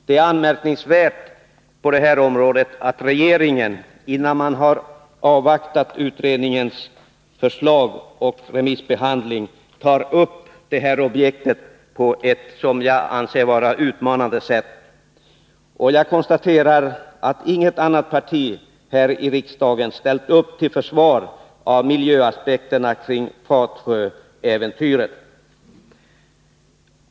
Det är anmärkningsvärt att regeringen tar upp det här projektet på detta som jag anser utmanande sätt innan utredningen har slutfört sitt arbete. Jag konstaterar att inget annat parti här i riksdagen ställt upp till försvar för miljöaspekten kring Fatsjöäventyret.